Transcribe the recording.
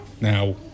Now